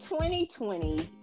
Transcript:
2020